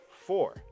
four